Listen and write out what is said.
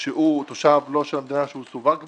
שהוא תושב לא של המדינה שהוא סווג לה,